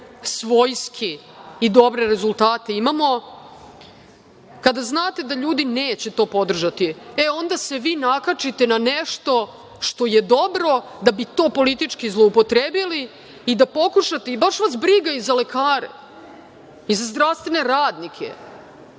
svojski i dobre rezultate imamo, kada znate da ljudi neće to podržati, e onda se vi nakačite na nešto što je dobro da bi to politički zloupotrebili i da pokušate… i baš vas briga i za lekare i za zdravstvene radnike